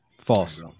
False